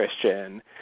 Christian